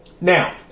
Now